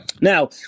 Now